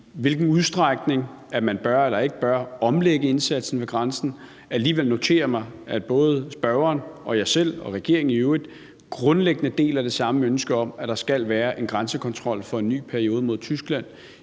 hvilken udstrækning man bør eller ikke bør omlægge indsatsen, alligevel notere mig, at både spørgeren og jeg selv og regeringen i øvrigt grundlæggende deler det samme ønske om, at der skal være en grænsekontrol mod Tyskland